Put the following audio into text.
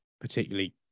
particularly